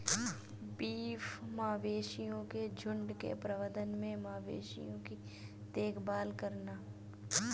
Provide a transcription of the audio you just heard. beef मवेशियों के झुंड के प्रबंधन में मवेशियों की देखभाल करना